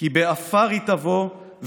להגדיל את מספר הבדיקות ל-30,000